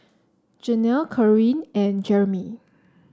Jenelle Karyn and Jeremey